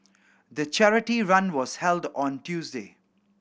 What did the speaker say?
the charity run was held on Tuesday